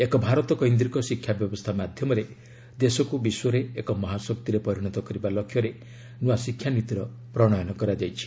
ଏକ ଭାରତ କୈନ୍ଦ୍ରିକ ଶିକ୍ଷା ବ୍ୟବସ୍ଥା ମାଧ୍ୟମରେ ଦେଶକୁ ବିଶ୍ୱରେ ଏକ ମହାଶକ୍ତିରେ ପରିଣତ କରିବା ଲକ୍ଷ୍ୟରେ ନୂଆ ଶିକ୍ଷାନୀତିର ପ୍ରଣୟନ କରାଯାଇଛି